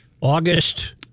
August